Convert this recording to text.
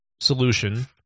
solution